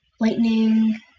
lightning